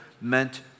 meant